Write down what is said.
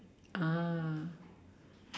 ah